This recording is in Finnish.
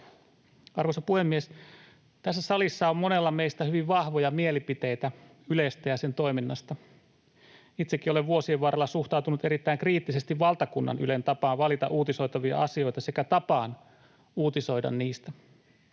Arvoisa puhemies! Tässä salissa on monella meistä hyvin vahvoja mielipiteitä Ylestä ja sen toiminnasta. Itsekin olen vuosien varrella suhtautunut erittäin kriittisesti valtakunnan Ylen tapaan valita uutisoitavia asioita sekä tapaan uutisoida niistä.